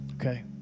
Okay